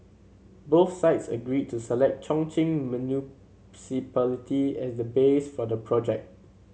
both sides agreed to select Chongqing Municipality as the base for the project